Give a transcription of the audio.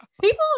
people